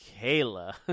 Kayla